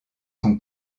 son